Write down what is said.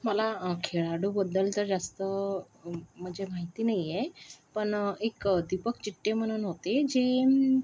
मला खेळाडूबद्दल तर जास्त म्हणजे माहिती नाही आहे पण एक दीपक चिट्टे म्हणून होते जे